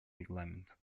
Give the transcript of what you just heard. регламент